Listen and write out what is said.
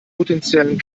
potenziellen